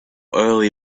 early